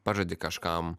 pažadi kažkam